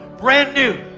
brand new.